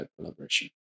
collaboration